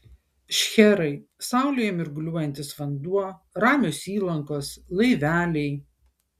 šcherai saulėje mirguliuojantis vanduo ramios įlankos laiveliai